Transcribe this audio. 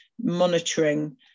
monitoring